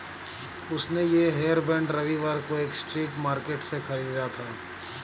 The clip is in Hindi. उसने ये हेयरबैंड रविवार को एक स्ट्रीट मार्केट से खरीदा था